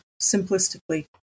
simplistically